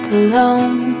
alone